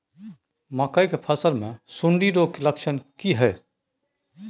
मकई के फसल मे सुंडी रोग के लक्षण की हय?